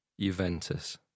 Juventus